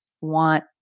want